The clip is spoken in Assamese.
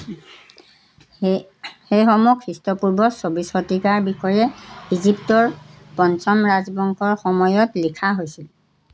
সেই সেইসমূহ খ্ৰীষ্টপূৰ্ব চৌবিছ শতিকাৰ বিষয়ে ইজিপ্তৰ পঞ্চম ৰাজবংশৰ সময়ত লিখা হৈছিল